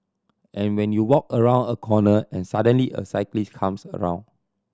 and when you walk around a corner and suddenly a cyclist comes around